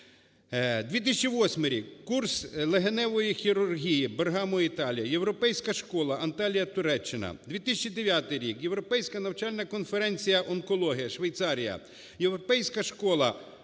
2008 рік. Курс легеневої хірургії. Бергамо, Італія. Європейська школа Анталія, Туреччина. 2009 рік. Європейська навчальна конференція "Онкологія", Швейцарія.